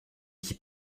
qui